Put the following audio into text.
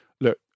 Look